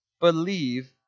believe